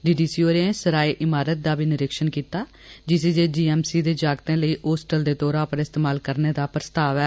DDC होरें सरायें इमारतें दा बी निरक्षण कीता जिसी जे जीएमसी दे जागते लेई होस्टल दे तौरा उप्पर इस्तेमाल करने दा प्रस्ताव ऐ